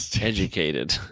educated